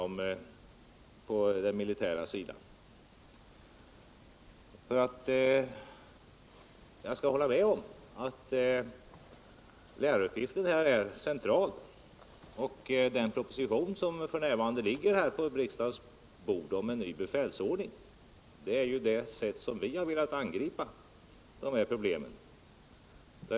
Men jag håller med om att läraruppgiften här är central. Den proposition om en ny befälsordning, som ligger på riksdagens bord, ger uttryck för det sätt, på vilket vi velat angripa dessa problem.